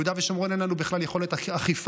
ביהודה ושומרון אין לנו בכלל יכולת אכיפה,